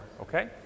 okay